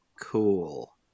Cool